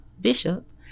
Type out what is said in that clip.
bishop